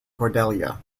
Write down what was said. cordelia